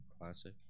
Classic